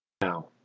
Now